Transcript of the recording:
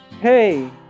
hey